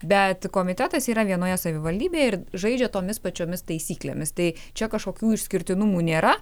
bet komitetas yra vienoje savivaldybėje ir žaidžia tomis pačiomis taisyklėmis tai čia kažkokių išskirtinumų nėra